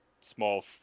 small